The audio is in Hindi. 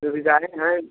सुविधाए हैं